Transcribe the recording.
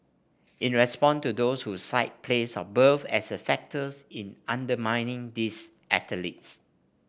in response to those who cite place of birth as a factor in undermining these athletes